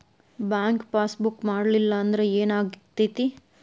Bank passbook ಮಾಡಲಿಲ್ಲ ಅಂದ್ರೆ ಏನ್ ಆಗ್ತೈತಿ?